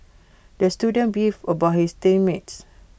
the student beefed about his team mates